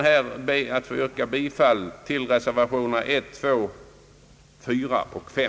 Jag ber att få yrka bifall till reservationerna 1, 2, 4 och 5.